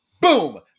Boom